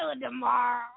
tomorrow